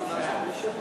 ההצעה